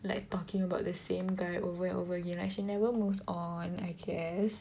like talking about the same guy over and over again like she never move on I guess